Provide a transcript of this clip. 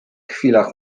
chwilach